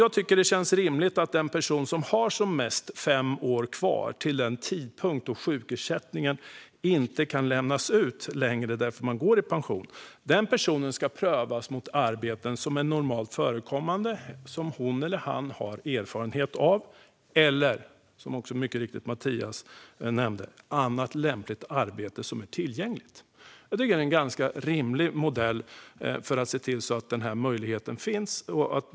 Jag tycker att det känns rimligt att en person som har som mest fem år kvar till den tidpunkt då sjukersättning inte längre kan lämnas ut, eftersom personen går i pension, ska prövas mot arbeten som är normalt förekommande och som hon eller han har erfarenhet av eller, som Mattias Vepsä mycket riktigt nämnde, mot annat lämpligt arbete som är tillgängligt. Jag tycker att det är en ganska rimlig modell för att se till att denna möjlighet finns.